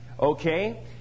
Okay